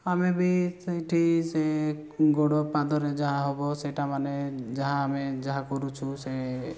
ଆମେ ବି ସେଇଠି ସେ ଗୋଡ଼ ପାଦରେ ଯାହା ହେବ ସେଇଟା ମାନେ ଯାହା ଆମେ ଯାହା କରୁଛୁ ସେ